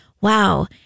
wow